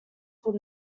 would